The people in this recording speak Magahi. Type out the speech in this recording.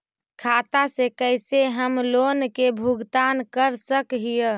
खाता से कैसे हम लोन के भुगतान कर सक हिय?